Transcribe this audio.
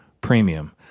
premium